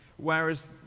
whereas